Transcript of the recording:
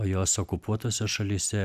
o jos okupuotose šalyse